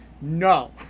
no